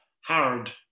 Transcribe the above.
hard